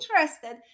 interested